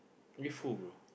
with who bro